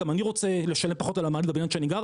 גם אני רוצה לשלם פחות על המעליות בבניין שאני גר,